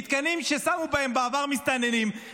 מתקנים ששמו בהם בעבר מסתננים,